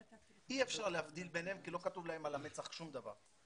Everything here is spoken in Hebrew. אי אפשר להבדיל ביניהם כי לא כתוב להם על המצח שום דבר.